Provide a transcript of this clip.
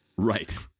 right.